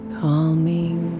calming